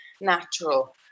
natural